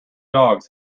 dogs